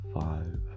five